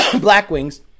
Blackwings